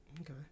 Okay